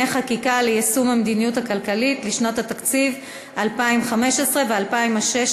חקיקה ליישום המדיניות הכלכלית לשנות התקציב 2015 ו-2016),